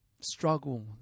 struggle